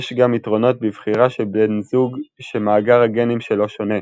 יש גם יתרונות בבחירה של בן זוג שמאגר הגנים שלו שונה,